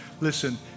Listen